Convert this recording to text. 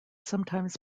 sometimes